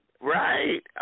Right